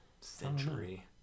century